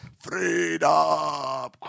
freedom